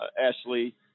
Ashley